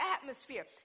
atmosphere